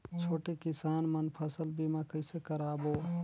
छोटे किसान मन फसल बीमा कइसे कराबो?